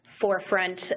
forefront